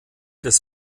des